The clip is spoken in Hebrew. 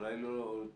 אולי לא לכם,